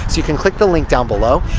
you can click the link down below,